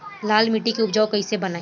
लाल मिट्टी के उपजाऊ कैसे बनाई?